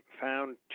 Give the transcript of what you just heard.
found